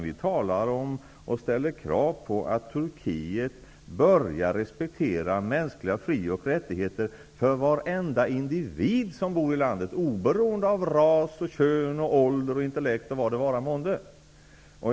Vi ställer krav på att man i Turkiet börjar respektera mänskliga fri och rättigheter för varenda individ som bor i landet, oberoende av ras, kön, ålder, intellekt, osv.